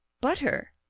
butter